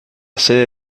sede